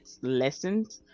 lessened